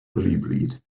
rhywbryd